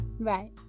right